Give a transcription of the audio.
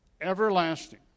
Everlasting